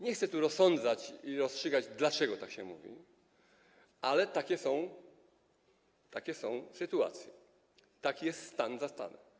Nie chcę tu rozsądzać i rozstrzygać, dlaczego tak się mówi, ale taka jest sytuacja, taki jest stan zastany.